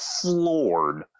floored